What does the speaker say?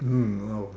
mmhmm !wow!